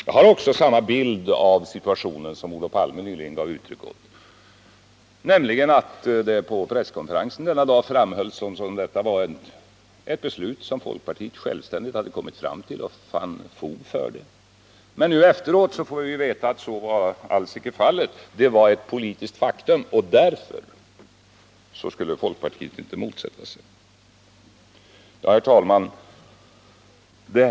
Jag har också samma bild av situationen som Olof Palme nyligen gav uttryck åt, nämligen att det på presskonferensen den aktuella dagen framhölls att detta var ett beslut som folkpartiet självständigt hade kommit fram till och fann fog för. Men nu efteråt får vi ju veta att så alls icke var fallet. Det var ett politiskt faktum, och därför skulle folkpartiet inte motsätta sig det.